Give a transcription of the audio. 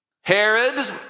Herod